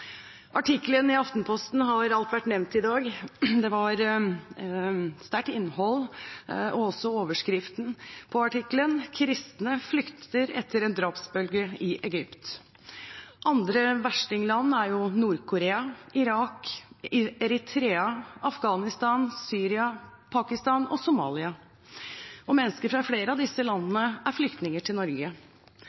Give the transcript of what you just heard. Artikkelen i Aftenposten har alt vært nevnt i dag. Det var sterkt innhold, og også overskriften på artikkelen: «Kristne flykter etter drapsbølge i Egypt». Andre verstingland er Nord-Korea, Irak, Eritrea, Afghanistan, Syria, Pakistan og Somalia, og mennesker fra flere av disse landene er flyktninger til Norge.